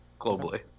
globally